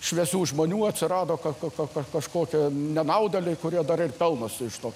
šviesių žmonių atsirado ka ka ka kažkokie nenaudėliai kurie dar ir pelnosi iš to